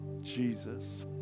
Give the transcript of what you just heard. Jesus